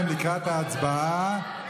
כל הצבעה.